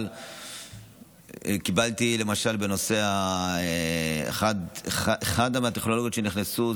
אבל למשל בנושא אחת מהטכנולוגיות שנכנסו,